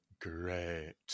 great